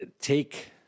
take